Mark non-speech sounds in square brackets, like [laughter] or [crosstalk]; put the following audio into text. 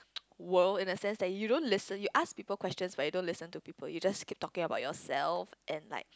[noise] world in the sense that you don't listen you ask people question but you don't listen to people you just keep talking about yourself and like